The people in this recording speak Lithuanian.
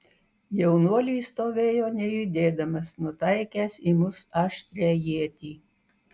jaunuolis stovėjo nejudėdamas nutaikęs į mus aštrią ietį